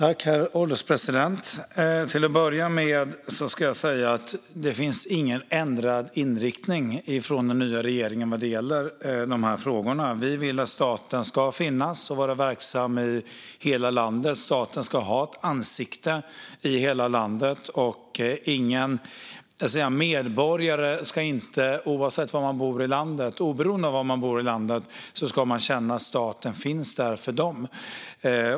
Herr ålderspresident! Till att börja med finns det ingen ändrad inriktning hos den nya regeringen vad gäller dessa frågor. Vi vill att staten ska finnas och vara verksam i hela landet. Staten ska ha ett ansikte i hela landet. Medborgare ska oberoende av var de bor i landet kunna känna att staten finns till hands för dem.